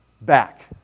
back